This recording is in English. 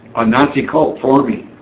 a nazi cult forming.